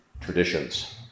traditions